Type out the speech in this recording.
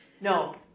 No